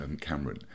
Cameron